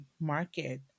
market